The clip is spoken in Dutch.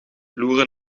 loeren